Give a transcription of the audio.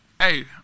Hey